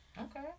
Okay